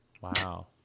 Wow